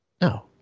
No